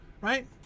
Right